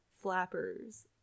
flappers